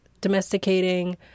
domesticating